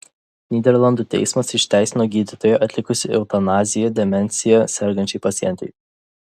nyderlandų teismas išteisino gydytoją atlikusį eutanaziją demencija sergančiai pacientei